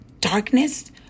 darkness